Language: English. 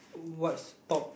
what's top